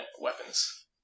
weapons